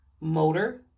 Motor